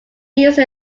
use